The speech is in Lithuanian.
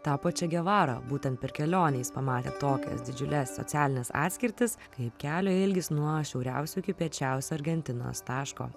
tapo če gevarą būtent per kelionę jis pamatė tokias didžiules socialines atskirtis kaip kelio ilgis nuo šiauriausio iki piečiausio argentinos taško